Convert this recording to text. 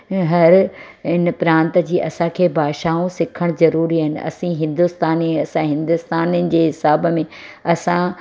हर इन प्रांत जी असांखे भाषाऊं सिखणु ज़रूरी आहिनि असां हिंदुस्तानी असां हिंदुस्तानिन जे हिसाब में असां